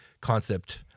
concept